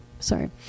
Sorry